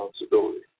responsibility